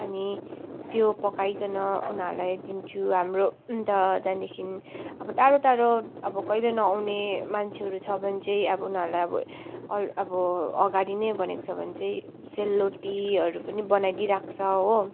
अनि त्यो पकाइकन उनीहरूलाई दिन्छु हाम्रो अन्त त्यहाँदेखि अब टाढो टाढो अब कहिले नआउने मान्छेहरू छ भने चाहिँ अब उनीहरूलाई अब अब अगाडि नै भनेको छ भने चाहिँ सेलरोटीहरू पनि बनाइदिई राख्छ हो